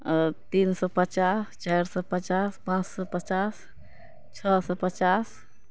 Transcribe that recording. आओर तीन सओ पचास चारि सओ पचास पाँच सओ पचास छऽ सओ पचास